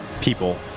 people